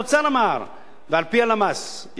ועל-פי הלמ"ס, יש 146,000 דירות,